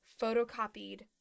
photocopied